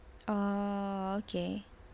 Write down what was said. oh okay